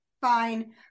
fine